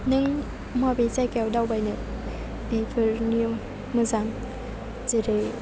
नों माबे जायगायाव दावबायनो बेफोरनि मोजां जेरै